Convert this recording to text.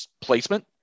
placement